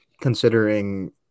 considering